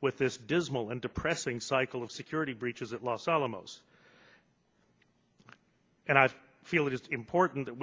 with this dismal and depressing cycle of security breaches at los alamos and i feel it is important that